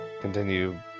continue